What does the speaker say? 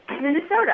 Minnesota